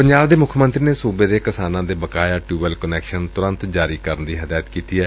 ਪੰਜਾਬ ਦੇ ਮੁੱਖ ਮੰਤਰੀ ਨੇ ਸੂਬੇ ਦੇ ਕਿਸਾਨਾਂ ਦੇ ਬਕਾਇਆ ਟਿਊਬਵੈੱਲ ਕੁਨੈਕਸ਼ਨ ਤੁਰੰਤ ਜਾਰੀ ਕਰਨ ਦੀ ਹਦਾਇਤ ਕੀਤੀ ਏ